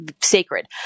sacred